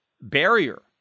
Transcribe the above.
barrier